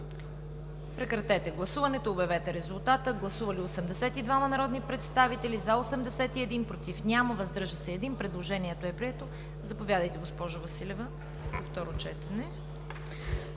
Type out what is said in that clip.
Подлагам на гласуване направената процедура. Гласували 82 народни представители: за 81, против няма, въздържал се 1. Предложението е прието. Заповядайте, госпожо Василева, за второ четене.